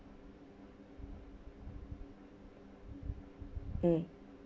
mm